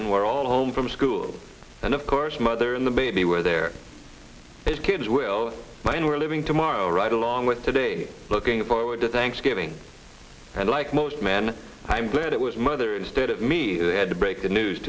susan were all home from school and of course mother and the baby were there as kids will buy and were living tomorrow right along with today looking forward to thanksgiving and like most men i'm glad it was mother instead of me i had to break the news